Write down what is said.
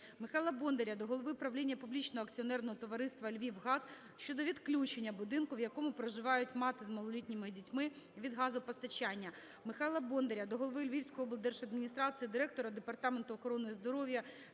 Михайла Бондаря до голови правління публічного акціонерного товариства "Львівгаз" щодо відключення будинку, в якому проживають мати з малолітніми дітьми, від газопостачання. Михайла Бондаря до голови Львівської облдержадміністрації, директора Департаменту охорони здоров'я